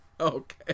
Okay